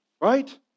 Right